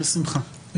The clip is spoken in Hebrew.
בשמחה.